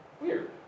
Weird